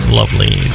lovely